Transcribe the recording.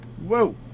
Whoa